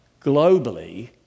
globally